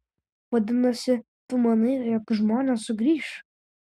vadinasi tu manai jog žmonės sugrįš